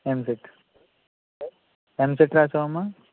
EAMCET EAMCET రాసావా అమ్మ